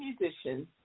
musicians